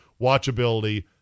watchability